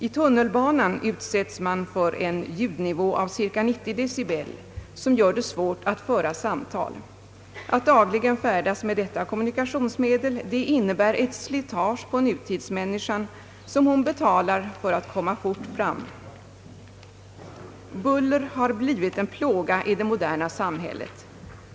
I tunnelbanan utsätts man för en ljudnivå av cirka 90 decibel, som gör det svårt att föra samtal. Att dagligen färdas med detta kommunikationsmedel innebär ett slitage på nutidsmänniskan som hon får betala för att komma fort fram. Buller har blivit en plåga i det moderna samhället.